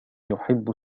يحب